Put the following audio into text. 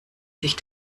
sich